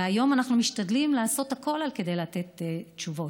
והיום אנחנו משתדלים לעשות הכול כדי לתת תשובות.